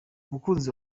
umukunzi